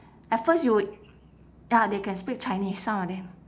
at first you would ya they can speak chinese some of them